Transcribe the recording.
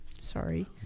Sorry